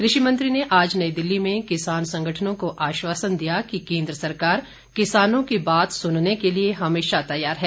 कृषि मंत्री ने आज नई दिल्ली में किसान संगठनों को आश्वासन दिया कि कोन्द्र सरकार किसानों की बात सुनने के लिए हमेशा तैयार हैं